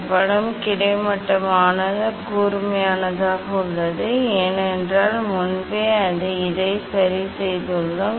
இந்த படம் கிட்டத்தட்ட கூர்மையானது ஏனென்றால் முன்பே அதை சரிசெய்கிறோம்